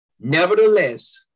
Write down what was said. Nevertheless